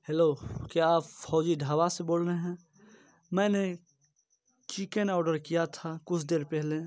hello क्या आप फौजी ढाबा से बोल रहे हैं मैंने चिकेन ऑर्डर किया था कुछ देर पहले